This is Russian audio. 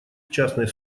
частной